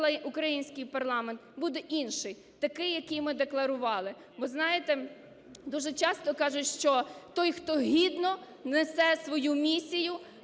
український парламент буде інший, такий, який ми декларували. Бо, знаєте, дуже часто кажуть, що той, хто гідно несе свою місію,